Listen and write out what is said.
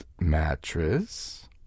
mattress